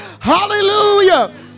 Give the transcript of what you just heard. hallelujah